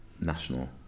National